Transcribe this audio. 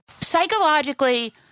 Psychologically